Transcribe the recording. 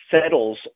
settles